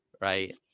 right